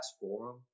forum